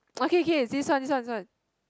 okay okay this one this one this one